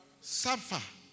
Suffer